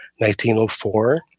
1904